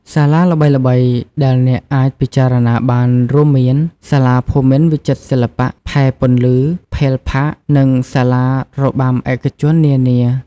សាលាល្បីៗដែលអ្នកអាចពិចារណាបានរួមមាន សាលាភូមិន្ទវិចិត្រសិល្បៈ ផែពន្លឺ ផេលផាក និងសាលារបាំឯកជននានា។